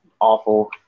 awful